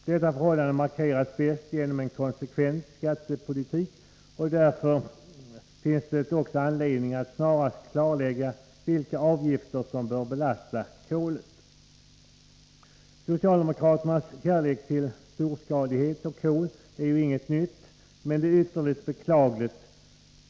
Detta förhållande markeras bäst genom en konsekvent skattepolitik, och därför finns det också anledning att snarast klarlägga vilka avgifter som bör belasta kolet. Socialdemokraternas kärlek till storskalighet och kol är ingenting nytt men ytterligt beklaglig.